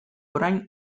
orain